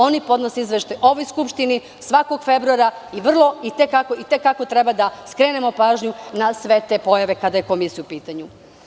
Oni plaćaju izveštaj ovoj Skupštini svakog februara i i te kako treba da skrenemo pažnju na sve te pojave kada je komisija u pitanju.